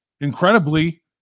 incredibly